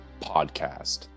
Podcast